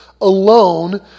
alone